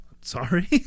sorry